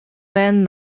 werden